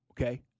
Okay